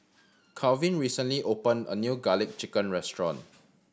Kalvin recently opened a new Garlic Chicken restaurant